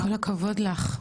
כל הכבוד לך.